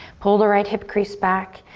pull the right hip crease back.